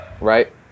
Right